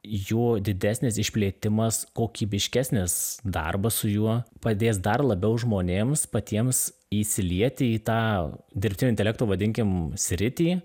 jo didesnis išplėtimas kokybiškesnis darbas su juo padės dar labiau žmonėms patiems įsilieti į tą dirbtinio intelekto vadinkim sritį